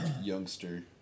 youngster